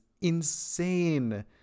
insane